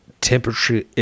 temperature